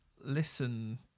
listen